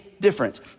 difference